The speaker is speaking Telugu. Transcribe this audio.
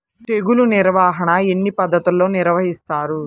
తెగులు నిర్వాహణ ఎన్ని పద్ధతుల్లో నిర్వహిస్తారు?